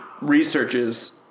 researches